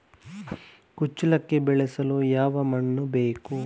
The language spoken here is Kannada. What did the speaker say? ಕುಚ್ಚಲಕ್ಕಿ ಬೆಳೆಸಲು ಯಾವ ಮಣ್ಣು ಬೇಕು?